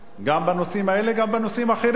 גם בנושאים האלה, גם בנושאים אחרים.